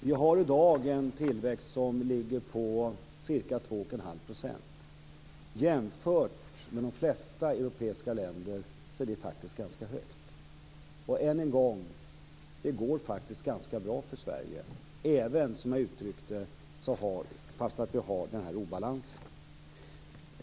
Herr talman! Vi har i dag en tillväxt som ligger på ca 2 1⁄2 %. Jämfört med de flesta europeiska länder är det faktiskt ganska högt.